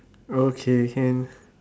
okay can